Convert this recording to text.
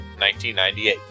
1998